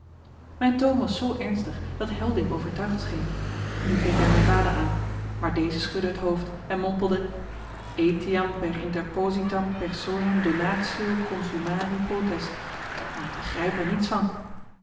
mijn toon was zoo ernstig dat helding overtuigd scheen nu keek hij mijn vader aan maar deze schudde het hoofd en mompelde etiam per interpositam personam donatio consummari potest maar ik begrijp er niets van